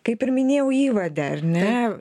kaip ir minėjau įvade ar ne